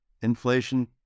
inflation